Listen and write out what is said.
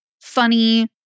funny